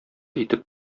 итеп